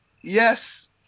yes